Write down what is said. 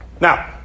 Now